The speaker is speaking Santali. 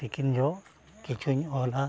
ᱛᱤᱠᱤᱱ ᱡᱚᱦᱚᱜ ᱠᱤᱪᱷᱩᱧ ᱚᱞᱟ